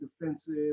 defensive